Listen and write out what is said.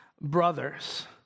Brothers